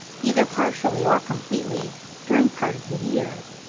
either partially or completely, during part of the year.